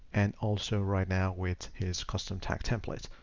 and also right now with his custom tag templates.